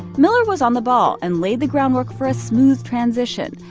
miller was on the ball and laid the groundwork for a smooth transition.